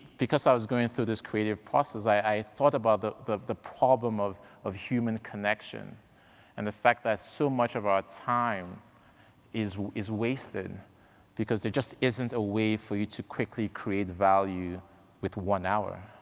because i was going through this creative process, i thought about the the problem of of human connection and the fact that so much of our time is is wasted because there just isn't a way for you to quickly create value with one hour,